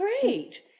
great